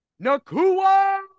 Nakua